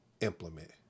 implement